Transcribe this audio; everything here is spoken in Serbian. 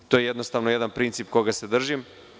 To je jednostavno jedan princip koga se držim.